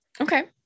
Okay